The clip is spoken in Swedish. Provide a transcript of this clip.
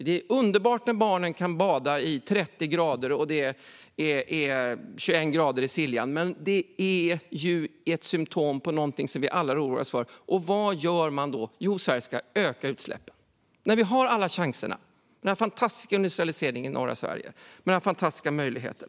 Det är underbart när barnen kan bada i 30 grader och det är 21 grader i Siljan, men det är ju ett symtom på någonting som vi alla oroar oss för. Och vad gör man då? Jo, Sverige ska öka utsläppen, trots att vi har alla chanser tack vare den fantastiska industrialiseringen i norr. Det är fantastiska möjligheter.